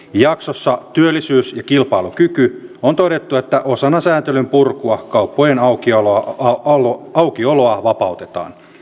jaksossa työllisyys ja kilpailukyky on todettu että osana sääntelyn purkua kauppojen aukioloa vapautetaan